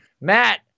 Matt